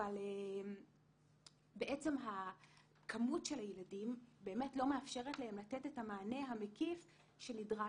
אבל בעצם הכמות של הילדים באמת לא מאפשרת להם לתת את המענה המקיף שנדרש.